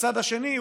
ומהצד השני,